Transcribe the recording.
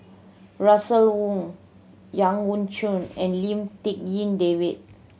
Russel Wong Yau Ang Choon and Lim Tik En David